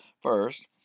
First